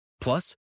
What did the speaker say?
Plus